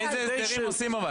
אבל איזה הסדרים עושים?